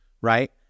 right